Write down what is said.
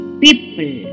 people